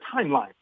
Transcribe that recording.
timeline